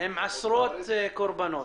עשרות קורבנות.